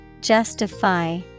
Justify